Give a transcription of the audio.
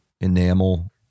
enamel